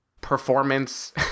performance